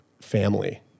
family